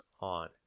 on